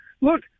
look